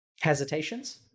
Hesitations